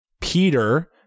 Peter